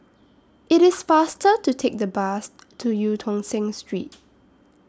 IT IS faster to Take The Bus to EU Tong Sen Street